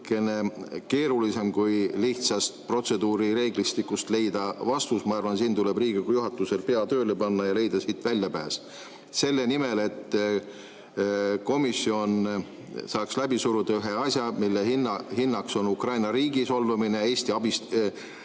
natukene keerulisem kui lihtsalt protseduurireeglistikust leida vastus. Ma arvan, siin tuleb Riigikogu juhatusel pea tööle panna ja leida väljapääs. See, et komisjon saaks läbi suruda ühe asja, mille hinnaks on Ukraina riigi solvamine ja Eesti häbistamine